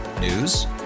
News